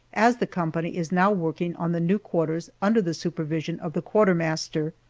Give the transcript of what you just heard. as the company is now working on the new quarters under the supervision of the quartermaster.